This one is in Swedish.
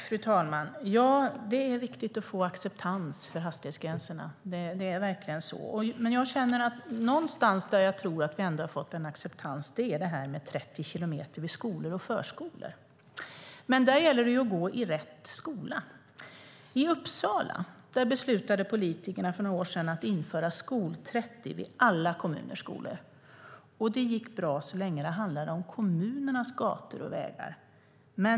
Fru talman! Ja, det är viktigt att få acceptans för hastighetsgränserna. Något som jag ändå tror att vi har fått en acceptans för är detta med 30 kilometer i timmen vid skolor och förskolor. Men där gäller det att gå i rätt skola. I Uppsala beslöt politikerna för några år sedan att införa skol-30 vid alla kommunens skolor. Det gick bra så länge det handlade om kommunens gator och vägar.